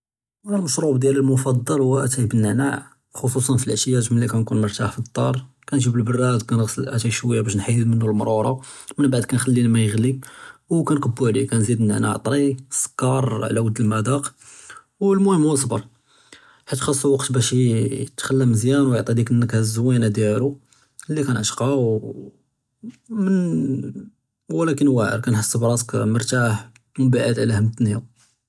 אֶלְמַשְרוּב דִּיַאלִי אֶלְמֻפַדָּל הוּוָא אֲתַאי בַּנְעְנַע, חְ'וּסוּסַאן פִּלְעַשְיַאת מֵין כַּנְכּוּן מְרְתַח בֶּדְדַאר כַּנְגִ'יב אֶלְבֻּרַאד כַּנְעַסְל אֶלְתַּאי שְווַיַّا בַּש נְחַיַד מִנוּ לְמַרוּרָה וּמֵבְעַד כַּנְחַלִّي אֶלְמַא יִגְלִי וּכַנְקִבּוּ עַלְיֵה כַּנְזִיד אֶלְנְעְנַע וְהוּוָא טָרִי, אֶלְסֻּכַּר עַלַא אֶלְמַזָאק מֻהִם וְאֶסְבֶּר חִיַת חָצּו וַקְתּ בַּש יִתְחַלָּא מְזְיַאן וְיַעְטִי דִּיקּ אֶלְנַקְהַה אֶזְזוּינָה דִּיַאלו וְלָקִין וַעִיר כַּתְחִס רַאסְק מְרְתַח וּמֵבְעַד עַלַא הַם דֻנְיָא.